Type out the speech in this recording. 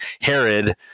Herod